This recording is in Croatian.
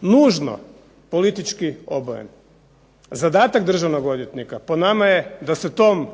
nužno politički obojeno. Zadatak državnog odvjetnika po nama je da se tom